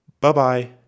Bye-bye